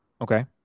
Okay